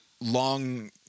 long